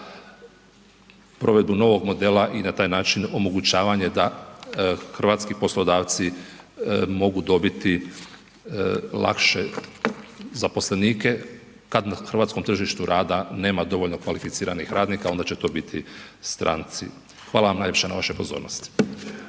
provedbu novog modela i na taj način omogućavanje da hrvatski poslodavci mogu dobiti lakše zaposlenike kad na hrvatskom tržištu rada nema dovoljno kvalificiranih radnika onda će to biti stranci. Hvala vam najljepša na vašoj pozornosti.